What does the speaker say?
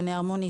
גני הרמוני,